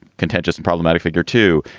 contentious, and problematic figure, too.